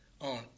on